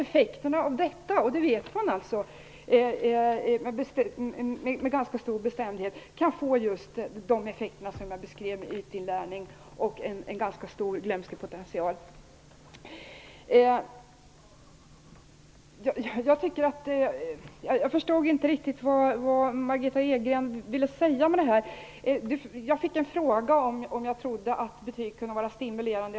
Man vet med ganska stor bestämdhet att systemet kan ge de effekter som jag beskrev, ytinlärning och en ganska stor glömskepotential. Jag förstod inte riktigt vad Margitta Edgren ville säga med det här. Jag fick frågan om jag tror att betyg kan vara stimulerande.